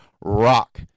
rock